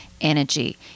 energy